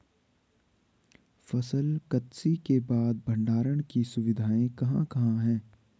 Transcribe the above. फसल कत्सी के बाद भंडारण की सुविधाएं कहाँ कहाँ हैं?